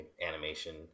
animation